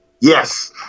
Yes